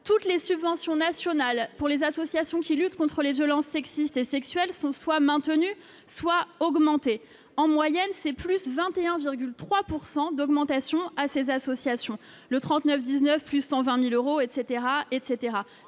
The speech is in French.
Toutes les subventions nationales pour les associations qui luttent contre les violences sexistes et sexuelles sont soit maintenues, soit augmentées. En moyenne, c'est plus 21,3 % d'augmentation en faveur de ces associations, y compris le 39 19- plus 120 000 euros -, etc.